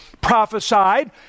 prophesied